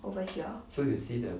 over here